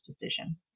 decision